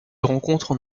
rencontrent